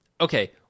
Okay